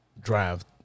drive